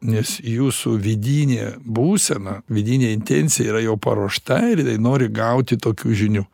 nes jūsų vidinė būsena vidinė intencija yra jau paruošta ir jinai nori gauti tokių žinių